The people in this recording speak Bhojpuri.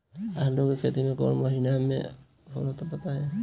आलू के खेती कौन महीना में होला बताई?